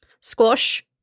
Squash